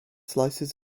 slices